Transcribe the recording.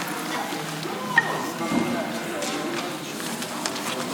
חוק לעניין ועדות הכנסת (תיקוני חקיקה והוראת שעה),